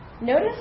Notice